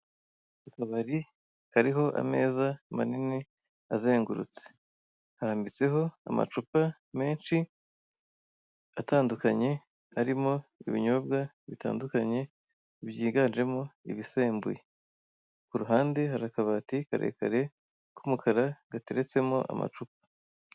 Akabari kariho ameza manini, azengurutse. Harambitseho amacupa menshi, atandukanye, arimo ibinyobwa bitandukanye, byiganjemo ibisembuye. Ku ruhande hari akabati karare k'umukara, gateretsemo amacupa.